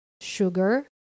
sugar